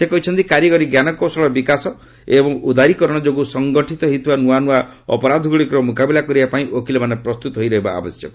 ସେ କହିଛନ୍ତି କାରିଗରୀ ଜ୍ଞାନକୌଶଳର ବିକାଶ ଏବଂ ଉଦାରୀକରଣ ଯୋଗୁଁ ସଂଘଟିତ ହୋଇଥିବା ନୂଆ ନୂଆ ଅପରାଧଗୁଡ଼ିକର ମୁକାବିଲା କରିବାପାଇଁ ଓକିଲମାନେ ପ୍ରସ୍ତୁତ ହୋଇ ରହିବା ଆବଶ୍ୟକ